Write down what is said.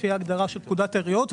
לפי ההגדרה של פקודת העיריות,